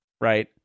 Right